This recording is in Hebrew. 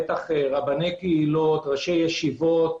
בטח רבני קהילות, ראשי ישיבות,